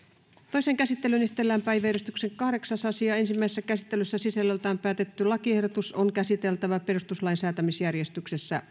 toiseen käsittelyyn esitellään päiväjärjestyksen kahdeksas asia ensimmäisessä käsittelyssä sisällöltään päätetty lakiehdotus on käsiteltävä perustuslain säätämisjärjestyksessä